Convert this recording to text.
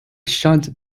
shan’t